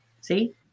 See